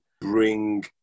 bring